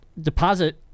deposit